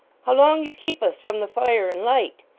how long you keep us from the fire and light